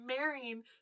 marrying